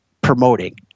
promoting